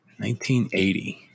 1980